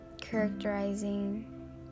characterizing